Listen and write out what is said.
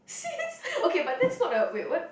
sis okay but that's not a wait what